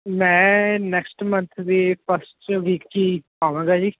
ਮੈਂ next month ਦੇ first week 'ਚ ਹੀ ਆਵਾਂਗਾ ਜੀ